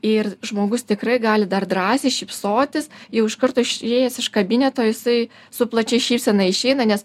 ir žmogus tikrai gali dar drąsiai šypsotis jau iš karto išėjęs iš kabineto jisai su plačia šypsena išeina nes